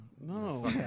No